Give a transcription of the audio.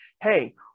hey